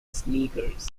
sneakers